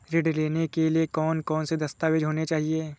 ऋण लेने के लिए कौन कौन से दस्तावेज होने चाहिए?